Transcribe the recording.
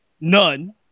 None